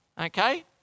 okay